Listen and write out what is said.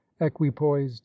equipoised